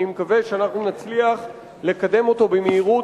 אני מקווה שאנחנו נצליח לקדם אותו במהירות